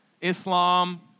Islam